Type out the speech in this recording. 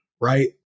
Right